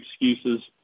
excuses